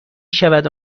شود